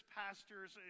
pastors